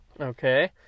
Okay